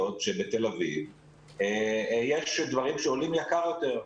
שבתל אביב יש דברים שעולים יקר יותר,